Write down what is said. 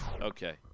Okay